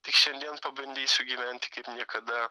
tai šiandien pabandysiu gyventi kaip niekada